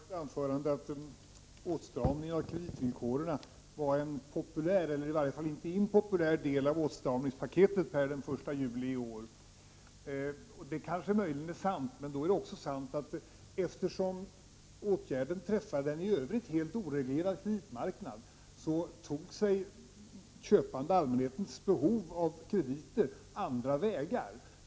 Herr talman! Roland Sundgren sade i anförandet att åtstramningen av kreditvillkoren var en inte impopulär del av åtstramningspaketet den 1 juli i år. Det är möjligen sant, men då är det också sant, eftersom åtgärden träffade en i övrigt helt oreglerad kreditmarknad, att den köpande allmänhetens behov av krediter tog andra vägar.